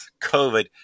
COVID